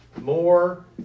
more